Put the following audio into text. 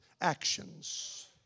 actions